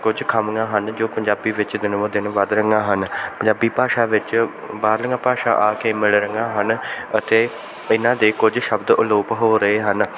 ਕੁਝ ਖਾਮੀਆਂ ਹਨ ਜੋ ਪੰਜਾਬੀ ਵਿੱਚ ਦਿਨ ਬ ਦਿਨ ਵੱਧ ਰਹੀਆਂ ਹਨ ਪੰਜਾਬੀ ਭਾਸ਼ਾ ਵਿੱਚ ਬਾਹਰਲੀਆਂ ਭਾਸ਼ਾ ਆ ਕੇ ਮਿਲ ਰਹੀਆਂ ਹਨ ਅਤੇ ਇਹਨਾਂ ਦੇ ਕੁਝ ਸ਼ਬਦ ਅਲੋਪ ਹੋ ਰਹੇ ਹਨ